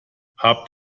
habt